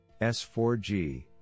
S4G –